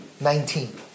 nineteen